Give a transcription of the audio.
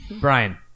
Brian